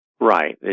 Right